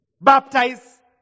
baptize